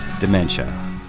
dementia